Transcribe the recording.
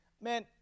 man